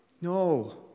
No